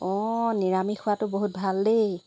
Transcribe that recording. অঁ নিৰামিষ খোৱাটো বহুত ভাল দেই